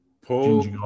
Paul